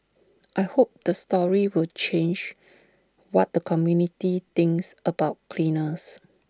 I hope the story will change what the community thinks about cleaners